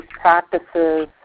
practices